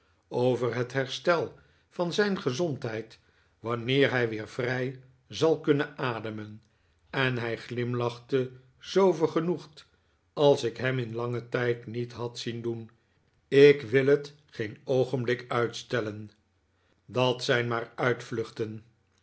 over het herstel van zijn gezoridheid wanneer hij weer vrij zal kunnen ademen en hij glimlachte zoo vergenoegd als ik hem in langen tijd niet had zien doen ik wil het geen oogenblik uitstelleh dat zijn maar uitvluchten